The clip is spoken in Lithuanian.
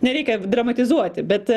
nereikia dramatizuoti bet